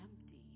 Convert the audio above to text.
empty